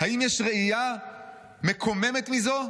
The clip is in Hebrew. האם יש ראייה מקוממת מזו?